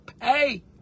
pay